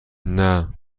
مجرد